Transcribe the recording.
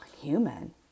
human